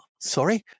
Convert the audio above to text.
sorry